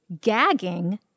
gagging